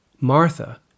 Martha